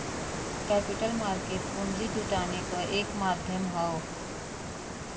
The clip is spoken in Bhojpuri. कैपिटल मार्केट पूंजी जुटाने क एक माध्यम हौ